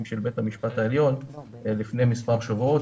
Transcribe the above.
של בית המשפט העליון לפני מספר שבועות,